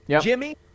Jimmy